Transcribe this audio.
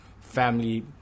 family